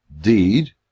deed